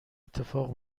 اتفاق